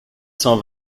cent